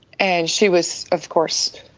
and she was, of course,